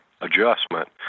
adjustment